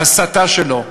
ההסתה שלו,